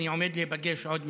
אני עומד להיפגש עוד מעט,